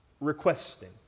requesting